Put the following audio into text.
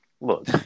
look